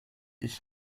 ich